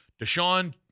Deshaun